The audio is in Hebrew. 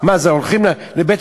מה זה, הולכים לבית-המקדש?